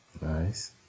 Nice